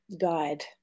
guide